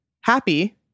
happy